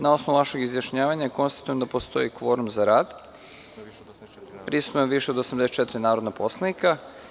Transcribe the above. Na osnovu vašeg izjašnjavanja konstatujem da postoji kvorum za rad, prisutno je više od 84 narodna poslanika.